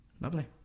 Lovely